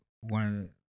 One